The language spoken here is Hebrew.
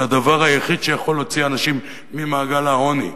על הדבר היחיד שיכול להוציא אנשים ממעגל העוני,